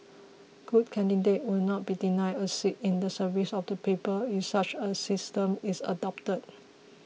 good candidates would not be denied a seat in the service of the people if such a system is adopted